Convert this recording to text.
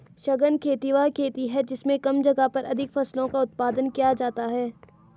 सघन खेती वह खेती है जिसमें कम जगह पर अधिक फसलों का उत्पादन किया जाता है